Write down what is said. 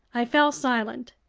i fell silent.